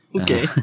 Okay